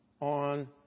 on